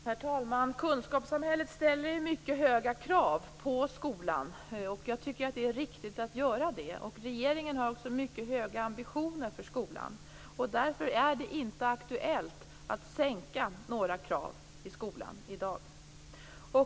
Herr talman! Kunskapssamhället ställer mycket höga krav på skolan. Jag tycker att det är riktigt att göra det. Regeringen har också mycket höga ambitioner för skolan. Därför är det inte aktuellt att sänka några krav i skolan i dag.